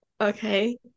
Okay